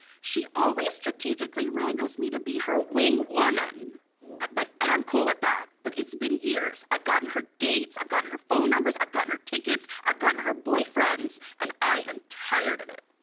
she always strategically wrangles me to be her wingwoman but and i'm cool with that, but it's been years. i've gotten her dates, i've gotten her phone numbers, i've gotten her tickets, i've gotten her boyfriends and i am tired of it.